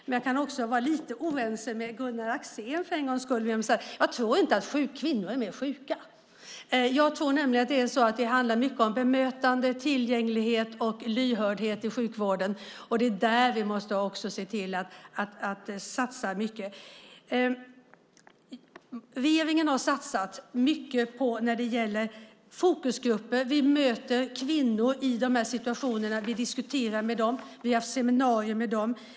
Men jag kan också vara lite oense med Gunnar Axén för en gångs skull, för jag tror inte att kvinnor är mer sjuka än män. Jag tror nämligen att det handlar mycket om bemötande, tillgänglighet och lyhördhet i sjukvården. Det är det som vi måste se till att satsa mycket på. Regeringen har satsat mycket på fokusgrupper. Vi möter kvinnor i de här situationerna, vi diskuterar med dem och vi har haft seminarier med dem.